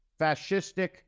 fascistic